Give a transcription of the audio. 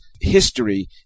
history